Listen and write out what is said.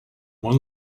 one